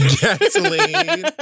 Gasoline